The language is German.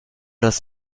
das